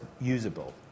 usable